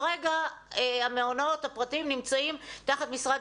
כרגע המעונות הפרטיים נמצאים תחת משרד